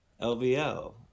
LVL